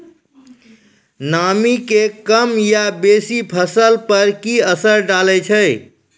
नामी के कम या बेसी फसल पर की असर डाले छै?